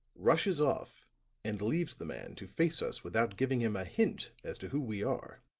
rushes off and leaves the man to face us without giving him a hint as to who we are,